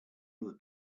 other